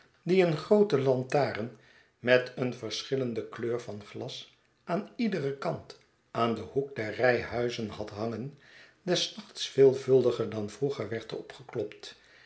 die een groote lantaarn met een verschillende kleur van glas aan iederen kant aan den hoek der rij huizen had hangen des nachts veelvuldiger dan vroeger werd opgeklopt